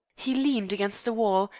he leaned against the wall,